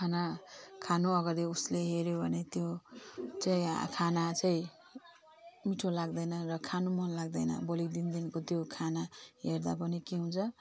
खाना खानु अगाडि उसले हेर्यो भने त्यो चाहिँ खाना चाहिँ मिठो लाग्दैन र खानु मन लाग्दैन भोलिको दिनदेखिको त्यो खाना हेर्दा पनि के हुन्छ